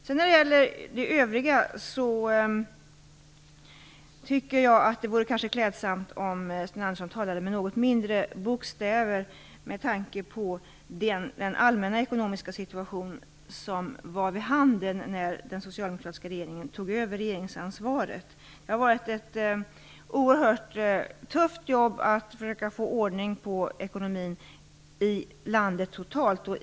Jag tycker kanske att det vore klädsamt om Sten Andersson talade med något mindre bokstäver med tanke på den allmänna ekonomiska situation som var vid handen när det socialdemokratiska regeringen tog över regeringsansvaret. Det har varit ett oerhört tufft jobb att försöka få ordning på ekonomin i landet totalt.